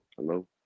Hello